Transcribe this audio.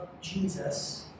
Jesus